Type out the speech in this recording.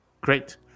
great